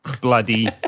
bloody